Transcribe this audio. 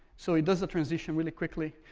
so it doesn't transition really quickly.